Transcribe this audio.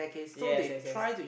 yes yes yes